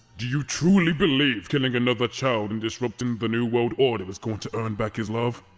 do you truly believe killing another child and disrupting the new world order is going to earn back his love?